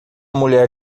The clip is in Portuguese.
mulher